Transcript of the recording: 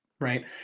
right